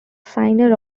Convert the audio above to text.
signer